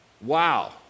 Wow